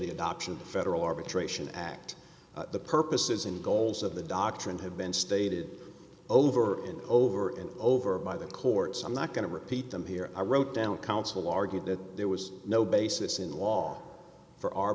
the adoption of the federal arbitration act the purposes and goals of the doctrine have been stated over and over and over by the courts i'm not going to repeat them here i wrote down counsel argued that there was no basis in the law for